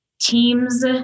teams